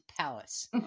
palace